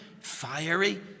fiery